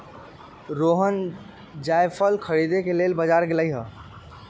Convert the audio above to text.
रोहण जाएफल खरीदे के लेल बजार गेलई ह